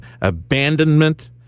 abandonment